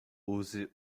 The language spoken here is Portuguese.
use